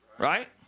Right